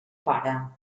pare